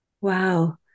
Wow